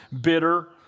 bitter